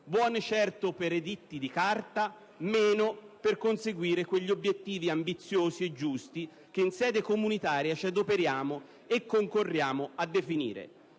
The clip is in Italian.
buone certo per "editti di carta", meno per conseguire quegli obiettivi ambiziosi e giusti che in sede comunitaria ci adoperiamo e concorriamo a definire.